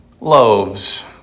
loaves